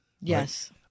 Yes